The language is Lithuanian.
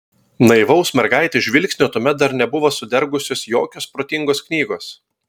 naivaus mergaitės žvilgsnio tuomet dar nebuvo sudergusios jokios protingos knygos